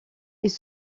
ils